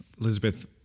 Elizabeth